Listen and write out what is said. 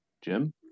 Jim